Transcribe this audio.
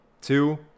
two